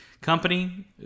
company